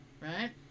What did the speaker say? Right